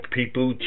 people